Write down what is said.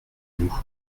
nous